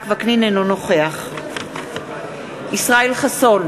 אינו נוכח ישראל חסון,